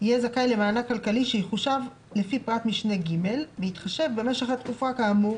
יהיה זכאי למענק כלכלי שיחושב לפי פרט משנה (ג) בהתחשב במשך התקופה כאמור